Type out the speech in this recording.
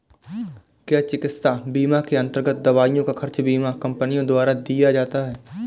क्या चिकित्सा बीमा के अन्तर्गत दवाइयों का खर्च बीमा कंपनियों द्वारा दिया जाता है?